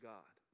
God